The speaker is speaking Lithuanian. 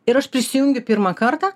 ir aš prisijungiu pirmą kartą